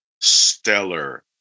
stellar